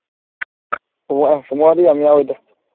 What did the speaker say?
ꯐꯥꯕꯣꯉꯥꯗꯤ ꯌꯥꯝ ꯌꯥꯎꯋꯤꯗ